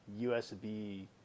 USB